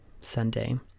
sunday